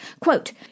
quote